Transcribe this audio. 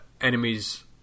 enemies